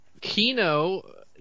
Kino